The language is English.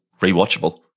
rewatchable